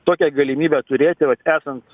tokią galimybę turėti vat esant